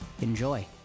Enjoy